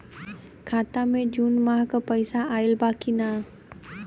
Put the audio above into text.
खाता मे जून माह क पैसा आईल बा की ना?